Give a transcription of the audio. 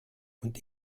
und